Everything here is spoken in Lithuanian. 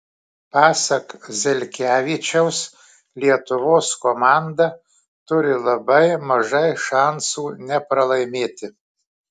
pasak zelkevičiaus lietuvos komanda turi labai mažai šansų nepralaimėti